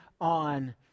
on